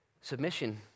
Submission